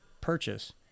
purchase